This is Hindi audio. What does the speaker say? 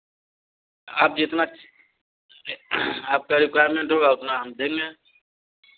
आप जितना आपका रिक्वायरमेंट होगा उतना हम देंगे